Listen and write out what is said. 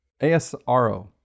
ASRO